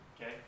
okay